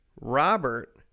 Robert